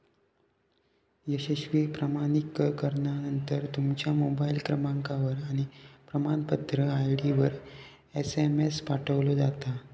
यशस्वी प्रमाणीकरणानंतर, तुमच्या मोबाईल क्रमांकावर आणि प्रमाणपत्र आय.डीवर एसएमएस पाठवलो जाता